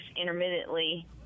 intermittently